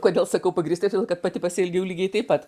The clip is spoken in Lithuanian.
kodėl sakau pagrįstai todėl kad pati pasielgiau lygiai taip pat